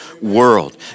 world